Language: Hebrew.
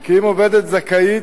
כי אם עובדת זכאית,